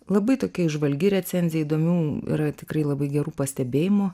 labai tokia įžvalgi recenzija įdomių yra tikrai labai gerų pastebėjimų